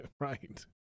right